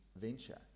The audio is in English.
venture